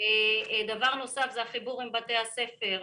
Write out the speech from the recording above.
דבר נוסף הוא החיבור עם בתי הספר,